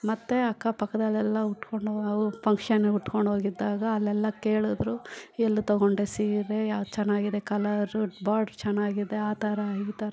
ಮತ್ತು ಅಕ್ಕ ಪಕ್ಕದಲೆಲ್ಲ ಉಟ್ಕೊಂಡು ಅವರು ಫಂಕ್ಷನ್ಗೆ ಉಟ್ಕೊಂಡೋಗಿದ್ದಾಗ ಅಲ್ಲೆಲ್ಲ ಕೇಳಿದ್ರು ಎಲ್ಲಿ ತೊಗೊಂಡೆ ಸೀರೆ ಯಾವ್ದು ಚೆನ್ನಾಗಿದೆ ಕಲರು ಬಾರ್ಡ್ರು ಚೆನ್ನಾಗಿದೆ ಆ ಥರಾ ಈ ಥರ